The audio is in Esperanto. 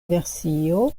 versio